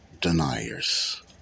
deniers